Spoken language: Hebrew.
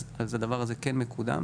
אז זה כן מקודם,